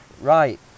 Right